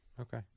Okay